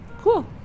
cool